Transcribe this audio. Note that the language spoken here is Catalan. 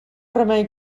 remei